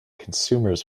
consumers